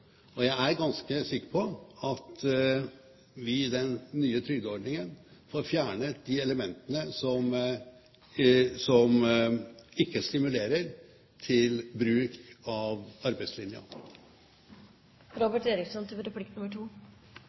år. Jeg er ganske sikker på at vi i den nye trygdeordningen får fjernet de elementene som ikke stimulerer til bruk av arbeidslinja. Jeg er glad for at representanten Gullvåg viste til